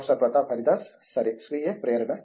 professor Pratap Haridas సరే స్వీయ ప్రేరణ